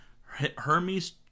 Hermes